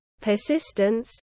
persistence